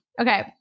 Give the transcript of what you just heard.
okay